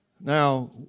now